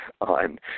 on